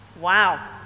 Wow